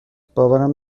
باورم